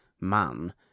man